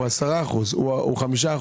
הוא 10% או 5%,